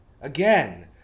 Again